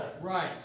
Right